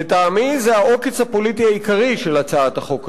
לטעמי זה העוקץ הפוליטי העיקרי של הצעת החוק הזו.